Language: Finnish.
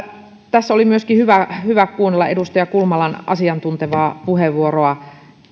tässä oli myöskin hyvä hyvä kuunnella edustaja kulmalan asiantuntevaa puheenvuoroa